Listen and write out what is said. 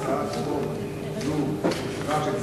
ההצעה להעביר את להצעת חוק לתיקון פקודת הרוקחים (מס' 18)